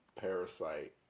Parasite